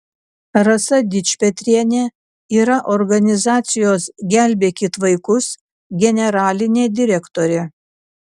rasa dičpetrienė yra organizacijos gelbėkit vaikus generalinė direktorė